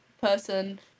person